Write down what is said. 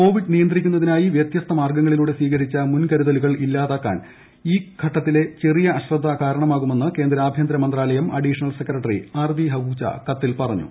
Covid നിയന്ത്രിക്കുന്നതിനായി വൃത്യസ്ത മാർഗ്ഗങ്ങളിലൂടെ സ്വീകരിച്ച മുൻകരുതലുകൾ ഇല്ലാതാക്കാൻ ഈ ഘട്ടത്തിലെ ചെറിയ അശ്രദ്ധ കാരണമാകുമെന്ന് കേന്ദ്ര ആഭ്യന്തര മന്ത്രാലയം അഡീഷണൽ സെക്രട്ടറി അർതി അഹുജ കത്തിൽ പറഞ്ഞു